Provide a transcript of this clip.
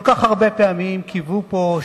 כל כך הרבה פעמים קיוו פה,